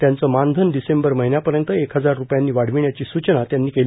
त्यांचे मानधन डिसेंबर महिन्यापर्यंत एक हजार रुपयांनी वाढविण्याची सूचना त्यांनी केली